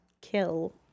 kill